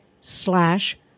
slash